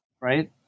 right